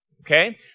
Okay